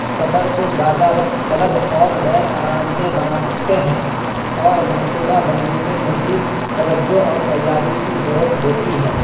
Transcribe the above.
سفر کو زیادہ وقت طلب اور غیر آرام دہ بنا سکتے ہیں اور منصوبہ بندی میں مزید توجہ اور تیاری کی ضرورت ہوتی ہے